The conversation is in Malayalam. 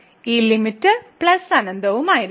ഈ ലിമിറ്റ് പ്ലസ് അനന്തവും ആയിരിക്കും